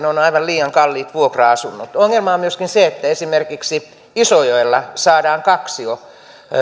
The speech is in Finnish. on aivan liian kalliit vuokra asunnot ongelma on myöskin se että esimerkiksi isojoella saadaan kaksio